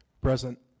Present